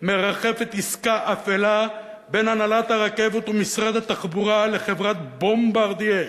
מרחפת עסקה אפלה בין הנהלת הרכבת ומשרד התחבורה לחברת "בומברדיה".